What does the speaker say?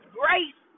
grace